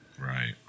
Right